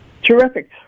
Terrific